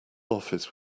office